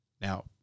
Now